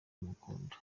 umukunda